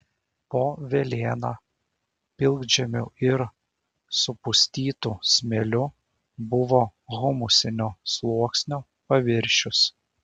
po velėna pilkžemiu ir supustytu smėliu buvo humusinio sluoksnio paviršius